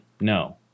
No